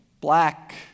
black